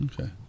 Okay